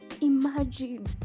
Imagine